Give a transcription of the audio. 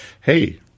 Hey